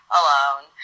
alone